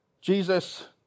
Jesus